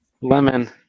lemon